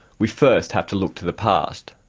we first have to look to the past.